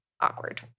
awkward